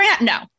No